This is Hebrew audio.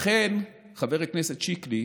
לכן, חבר הכנסת שיקלי,